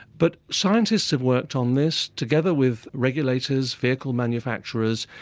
but scientists have worked on this, together with regulators, vehicle manufacturers,